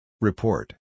Report